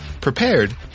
prepared